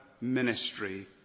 ministry